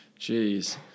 Jeez